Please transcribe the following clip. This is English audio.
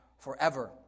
Forever